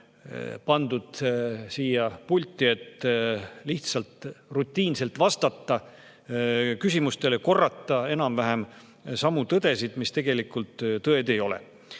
pandud siia pulti, et lihtsalt rutiinselt vastata küsimustele, korrata enam‑vähem samu tõdesid, mis tegelikult tõed ei ole. Aga